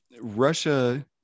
Russia